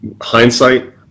hindsight